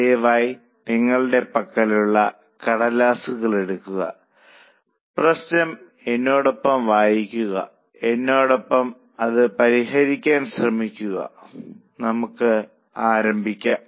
ദയവായി നിങ്ങളുടെ പക്കലുള്ള കടലാസ് എടുക്കുക പ്രശ്നം എന്നോടൊപ്പം വായിക്കുക എന്നോടൊപ്പം അത് പരിഹരിക്കാൻ ശ്രമിക്കുക നമുക്ക് ആരംഭിക്കാം